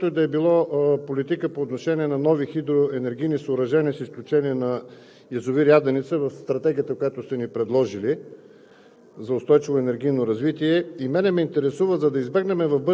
тази връзка учудване буди липсата на каквато и да било политика по отношение на нови хидроенергийни съоръжения, с изключение на язовир „Яденица“, в Стратегията, която сте ни предложили,